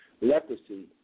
Leprosy